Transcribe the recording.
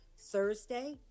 Thursday